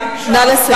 נא לסיים.